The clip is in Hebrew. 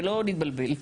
שלא נתבלבל.